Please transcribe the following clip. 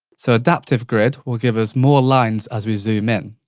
so adaptive grid will give us more lines as we zoom in.